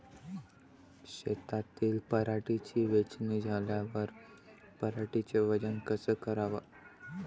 शेतातील पराटीची वेचनी झाल्यावर पराटीचं वजन कस कराव?